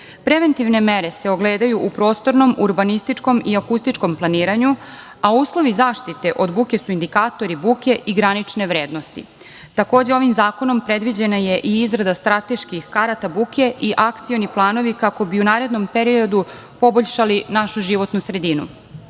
buke. Preventivne mere se ogledaju u prostornom, urbanističkom i akustičkom planiranju, a uslovi zaštite od buke su indikatori buke i granične vrednosti. Takođe, ovim zakonom predviđena je i izrada strateških karata buke i akcioni planovi, kako bi u narednom periodu poboljšali našu životnu sredinu. Lično,